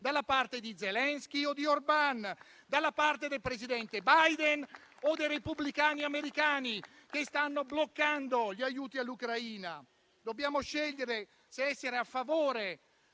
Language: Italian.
dalla parte di Zelensky o di Orban, dalla parte del presidente Biden o dei repubblicani americani che stanno bloccando gli aiuti all'Ucraina. Dobbiamo scegliere se essere a favore